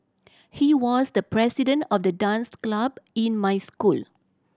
he was the president of the dance club in my school